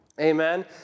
Amen